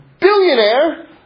billionaire